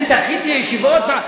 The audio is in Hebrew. אני דחיתי ישיבות?